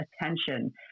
attention